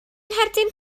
ngherdyn